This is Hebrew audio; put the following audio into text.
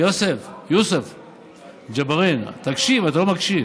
יוסף ג'בארין, תקשיב, אתה לא מקשיב.